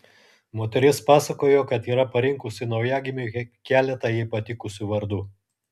moteris pasakojo kad yra parinkusi naujagimiui keletą jai patikusių vardų